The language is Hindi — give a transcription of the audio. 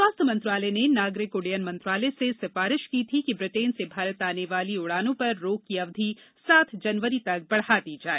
स्वास्थ्य मंत्रालय ने नागरिक उड्डयन मंत्रालय से सिफारिश की थी कि ब्रिटेन से भारत आने वाली उड़ानों पर रोक की अवधि सात जनवरी तक बढ़ा दी जाए